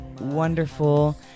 wonderful